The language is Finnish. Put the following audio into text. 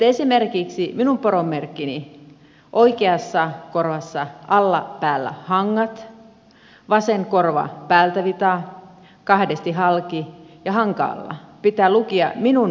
esimerkiksi minun poromerkkini oikeassa korvassa alla päällä hangat vasen korva päältä vita kahdesti halki ja hanka alla pitää lukea minun nimelleni